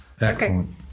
Excellent